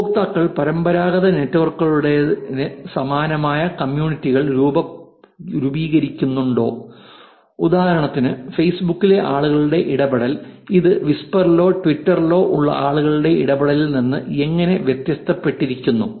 ഉപയോക്താക്കൾ പരമ്പരാഗത നെറ്റ്വർക്കുകളുടേതിന് സമാനമായ കമ്മ്യൂണിറ്റികൾ രൂപീകരിക്കുന്നുണ്ടോ ഉദാഹരണത്തിന് ഫെയ്സ്ബുക്കിലെ ആളുകളുടെ ഇടപെടൽ ഇത് വിസ്പറിലോ ട്വിറ്ററിലോ ഉള്ള ആളുകളുടെ ഇടപെടലിൽ നിന്ന് എങ്ങനെ വ്യത്യാസപ്പെട്ടിരിക്കുന്നു